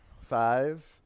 Five